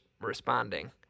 responding